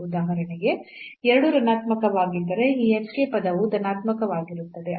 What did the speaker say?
ಉದಾಹರಣೆಗೆ ಎರಡೂ ಋಣಾತ್ಮಕವಾಗಿದ್ದರೆ ಈ hk ಪದವು ಧನಾತ್ಮಕವಾಗಿರುತ್ತದೆ